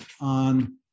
on